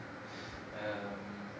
um